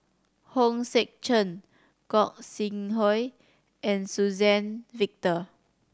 Hong Sek Chern Gog Sing Hooi and Suzann Victor